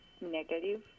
negative